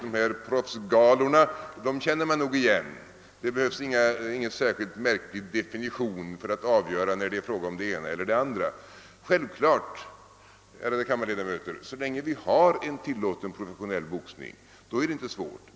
Dessa proffsgalor känner man nog igen; det behövs ingen särskilt märklig definition för att avgöra när det är fråga om det ena eller det andra. Och självfallet är det på detta sätt, ärade kammarledamöter. Så länge vi har en tillåten professionell boxning är det inte svårt.